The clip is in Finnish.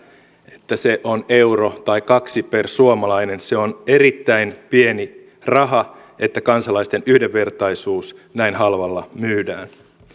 se on euro tai kaksi per suomalainen se on erittäin pieni raha siitä että kansalaisten yhdenvertaisuus näin halvalla myydään